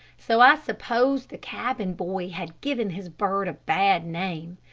so i suppose the cabin boy had given his bird a bad name.